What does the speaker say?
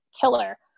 killer